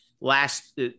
last